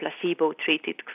placebo-treated